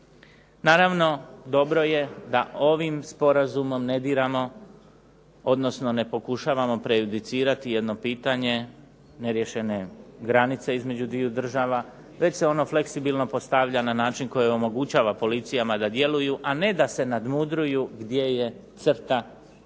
Naravno dobro je da ovim sporazumom ne diramo, odnosno ne pokušavamo prejudicirati jedno pitanje neriješene granice između dviju država, već se ono fleksibilno postavlja na način koji omogućava policijama da djeluju, a ne da se nadmudruju gdje je crta do